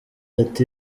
ati